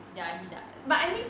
ya does but I mean